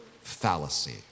fallacy